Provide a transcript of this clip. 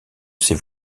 ces